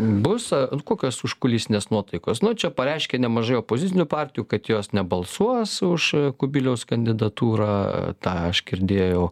bus kokios užkulisinės nuotaikos nu čia pareiškė nemažai opozicinių partijų kad jos nebalsuos už kubiliaus kandidatūrą tą aš girdėjau